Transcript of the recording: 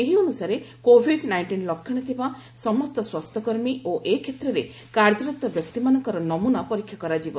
ଏହି ଅନୁସାରେ COVID nineteen ଲକ୍ଷଣ ଥିବା ସମସ୍ତ ସ୍ୱାସ୍ଥ୍ୟ କର୍ମୀ ଓ ଏ କ୍ଷେତ୍ରରେ କାର୍ଯ୍ୟରତ ବ୍ୟକ୍ତିମାନଙ୍କର ନମୁନା ପରୀକ୍ଷା କରାଯିବ